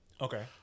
Okay